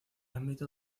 ámbito